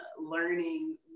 learning